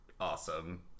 awesome